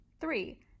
three